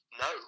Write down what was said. No